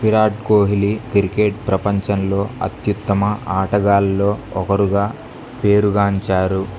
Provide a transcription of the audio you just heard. Virat Kohli cricket ప్రపంచంలో అత్యుత్తమ ఆటగాళ్ళలో ఒకరుగా పేరుగాంచారు